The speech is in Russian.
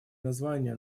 название